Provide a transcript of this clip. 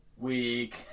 Week